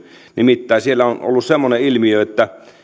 nimittäin siellä on ollut semmoinen ilmiö että